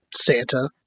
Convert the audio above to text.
Santa